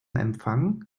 empfang